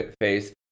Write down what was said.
face